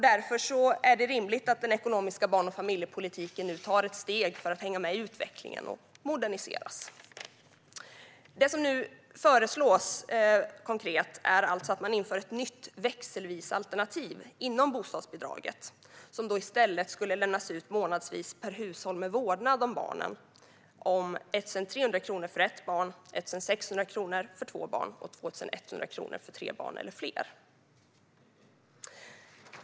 Därför är det rimligt att den ekonomiska barn och familjepolitiken nu tar ett steg för att hänga med i utvecklingen och moderniseras. Det som nu föreslås konkret är alltså att man inför ett nytt växelvisalternativ inom bostadsbidraget, som då i stället skulle lämnas ut månadsvis per hushåll med vårdnad om barnen om 1 300 kronor för ett barn, 1 600 kronor för två barn och 2 100 kronor för tre eller fler barn.